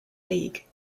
league